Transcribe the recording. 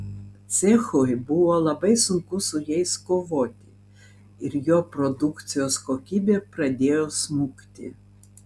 cechui buvo labai sunku su jais kovoti ir jo produkcijos kokybė pradėjo smukti